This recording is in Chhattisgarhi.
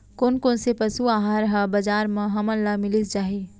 कोन कोन से पसु आहार ह बजार म हमन ल मिलिस जाही?